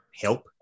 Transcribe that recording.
help